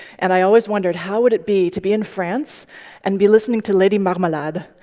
and i always wondered how would it be to be in france and be listening to lady marmalade